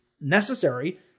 necessary